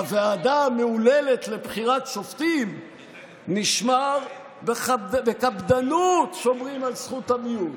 בוועדה המהוללת לבחירת שופטים שומרים בקפדנות על זכות המיעוט.